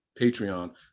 Patreon